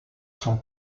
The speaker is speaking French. son